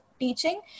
teaching